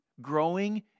Growing